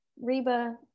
Reba